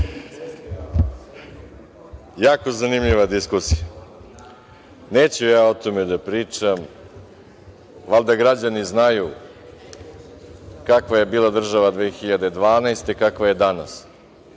Jako zanimljiva diskusija. Neću ja o tome da pričam. Valjda građani znaju kakva je država bila 2012. godine, a kakva je danas.